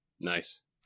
Nice